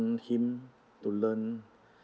him to learn